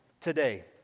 today